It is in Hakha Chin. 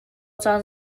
caan